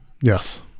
Yes